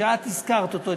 שאת הזכרת אותו,